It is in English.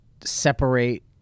separate